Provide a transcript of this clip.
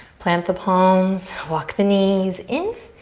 plant the palms, walk the knees in,